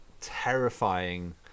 terrifying